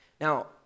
Now